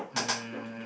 um